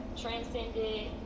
transcended